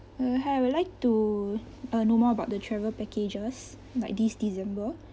uh hi I would like to uh know more about the travel packages like this december